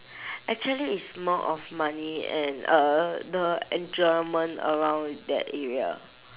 actually it's more of money and uh the enjoyment around that area